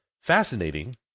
Fascinating